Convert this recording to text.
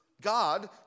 God